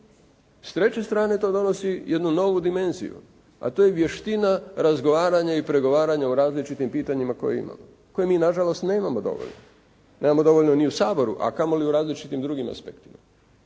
S treće strane to donosi jednu novu dimenziju, a to je vještina razgovaranja i pregovaranja o različitim pitanjima koje imamo. Koje mi na žalost nemamo dovoljno. Nemamo dovoljno ni u Saboru, a kamo li u različitim drugim aspektima.